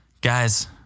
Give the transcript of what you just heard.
guys